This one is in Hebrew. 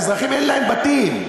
האזרחים אין להם בתים,